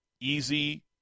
easy